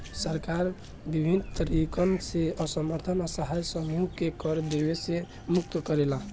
सरकार बिभिन्न तरीकन से असमर्थ असहाय समूहन के कर देवे से मुक्त करेले